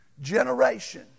generation